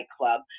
Club